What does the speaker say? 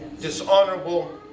dishonorable